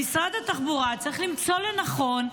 משרד התחבורה צריך למצוא לנכון,